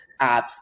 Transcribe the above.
apps